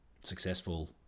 successful